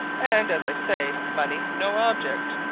and as i say money no object,